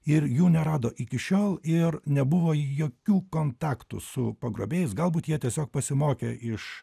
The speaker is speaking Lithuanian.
ir jų nerado iki šiol ir nebuvo jokių kontaktų su pagrobėjais galbūt jie tiesiog pasimokė iš